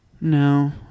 No